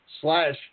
slash